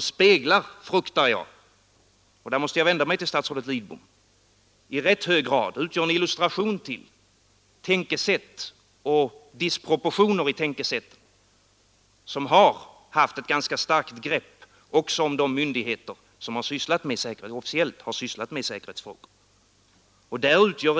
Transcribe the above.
speglar i rätt hög grad, fruktar jag — och därvidlag måste jag vända mig till statsrådet Lidbom — och utgör en illustration till tänkesätt och disproportioner i tänkesätt som har haft ett ganska starkt grepp även om de myndigheter som officiellt har sysslat med säkerhetsfrågor.